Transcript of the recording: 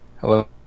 Hello